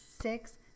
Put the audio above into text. six